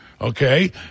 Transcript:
okay